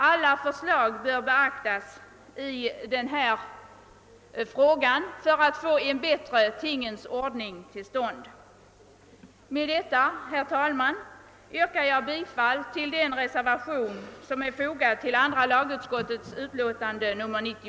Alla förslag bör beaktas i denna fråga för att man skall kunna få en bättre tingens ordning till stånd. Med detta, herr talman, yrkar jag bi